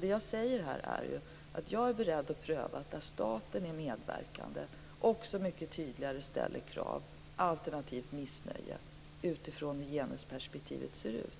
Det jag säger här är att jag är beredd att pröva att vi där staten är medverkande också mycket tydligare ställer krav, alternativt visar missnöje, utifrån hur genusperspektivet ser ut.